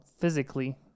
physically